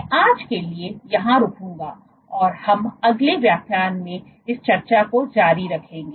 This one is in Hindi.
मैं आज के लिए यहां रुकूंगा और हम अगले व्याख्यान में इस चर्चा को जारी रखेंगे